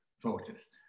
voters